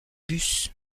bus